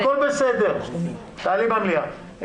הכול בסדר, תעלי את זה במליאה.